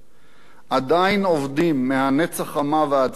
עדיין עובדים מהנץ החמה ועד צאת הנשמה,